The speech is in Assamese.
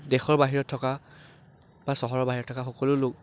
দেশৰ বাহিৰত থকা বা চহৰৰ বাহিৰত থকা সকলো লোক